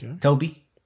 Toby